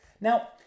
Now